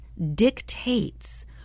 dictates